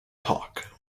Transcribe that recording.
talk